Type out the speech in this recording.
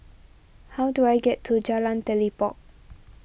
how do I get to Jalan Telipok